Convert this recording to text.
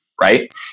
Right